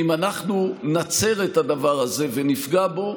אם אנחנו נצר את הדבר הזה ונפגע בו,